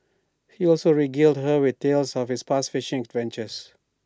he also regaled her with tales of his past fishing adventures